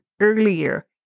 earlier